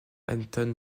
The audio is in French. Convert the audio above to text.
anton